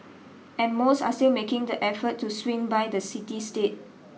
and most are still making the effort to swing by the city state